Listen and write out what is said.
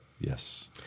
Yes